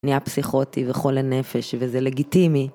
נהיה פסיכותי וחולה נפש וזה לגיטימי.